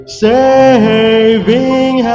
saving